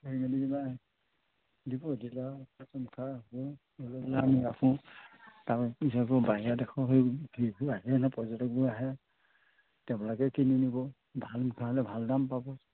তেওঁলোকে কিনি নিব ভাল মুখা হ'লে ভাল দাম পাব